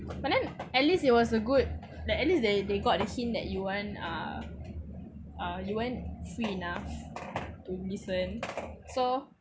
but then at least it was a good like at least they they got the hint that you weren't uh you weren't free enough to listen so